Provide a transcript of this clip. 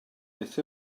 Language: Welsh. beth